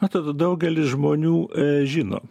na tada daugelis žmonių žino